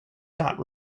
not